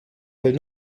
per